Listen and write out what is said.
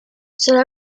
sulla